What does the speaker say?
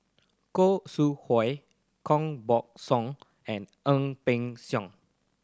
Khoo Sui Hoe Koh Buck Song and Ang Peng Siong